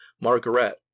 Margaret